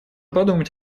подумать